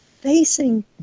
facing